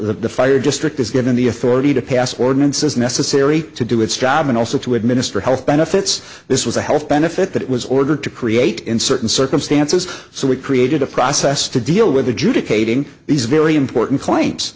the fire district is given the authority to pass ordinances necessary to do its job and also to administer health benefits this was a health benefit that was ordered to create in certain circumstances so we created a process to deal with adjudicating these are very important claims